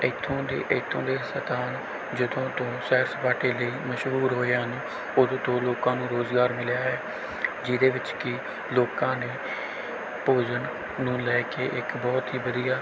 ਇੱਥੋਂ ਦੇ ਇੱਥੋਂ ਦੇ ਸਥਾਨ ਜਦੋਂ ਤੋਂ ਸੈਰ ਸਪਾਟੇ ਲਈ ਮਸ਼ਹੂਰ ਹੋਏ ਹਨ ਉਦੋਂ ਤੋਂ ਲੋਕਾਂ ਨੂੰ ਰੁਜ਼ਗਾਰ ਮਿਲਿਆ ਹੈ ਜਿਹਦੇ ਵਿੱਚ ਕਿ ਲੋਕਾਂ ਨੇ ਭੋਜਨ ਨੂੰ ਲੈ ਕੇ ਇੱਕ ਬਹੁਤ ਹੀ ਵਧੀਆ